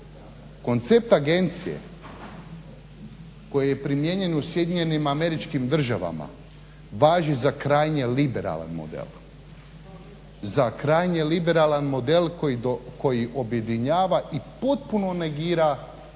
Koncept agencije koji je primijenjen u SAD-u važi za krajnje liberalan model koji objedinjuje i potpuno negira